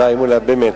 די, מולה, באמת.